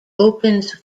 opens